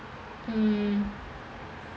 mm